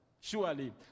surely